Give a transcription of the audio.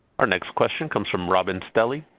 our next question comes from robin stelly.